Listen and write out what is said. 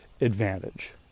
advantage